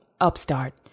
Upstart